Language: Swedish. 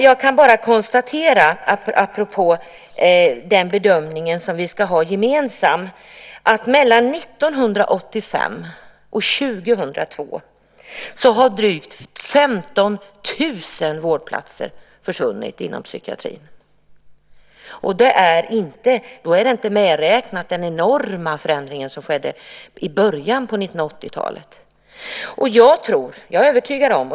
Jag kan, apropå den bedömning som vi ska göra gemensamt, bara konstatera att mellan 1985 och 2002 har drygt 15 000 vårdplatser försvunnit inom psykiatrin. Då är inte den enorma förändring som skedde i början av 1980-talet medräknad.